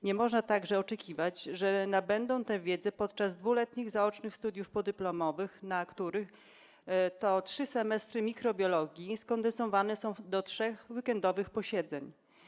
Nie można także oczekiwać, że nabędą tę wiedzę podczas dwuletnich zaocznych studiów podyplomowych, na których trzy semestry mikrobiologii skondensowane są do trzech weekendowych posiedzeń.